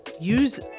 Use